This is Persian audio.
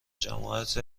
جماعت